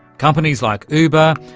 companies like uber,